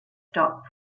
stop